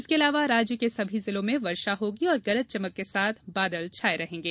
इसके अलावा राज्य के सभी जिलों में वर्षा होगी और गरज चमक के साथ बादल छाए रहेंगे